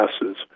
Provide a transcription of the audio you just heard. passes